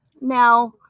Now